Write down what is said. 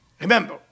remember